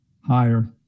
higher